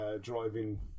driving